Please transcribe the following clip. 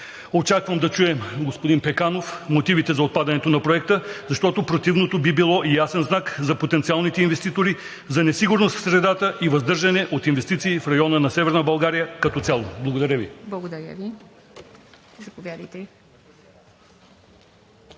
Очаквам да чуем, господин Пеканов, мотиви за отпадането на Проекта, защото противното би било ясен знак за потенциалните инвеститори, за несигурност в средата и въздържане от инвестиции в района на Северна България като цяло. Благодаря Ви. ПРЕДСЕДАТЕЛ